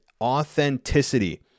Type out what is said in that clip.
Authenticity